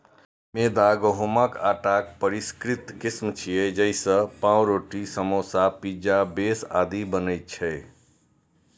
मैदा गहूंमक आटाक परिष्कृत किस्म छियै, जइसे पावरोटी, समोसा, पिज्जा बेस आदि बनै छै